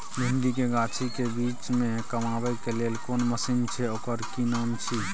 भिंडी के गाछी के बीच में कमबै के लेल कोन मसीन छै ओकर कि नाम छी?